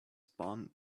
spun